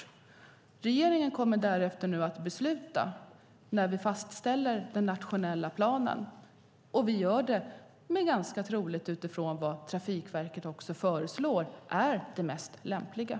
Vi i regeringen kommer därefter att fatta beslut när vi fastställer den nationella planen, troligen utifrån vad Trafikverket föreslår är mest lämpligt.